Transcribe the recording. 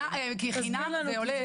תסביר לנו.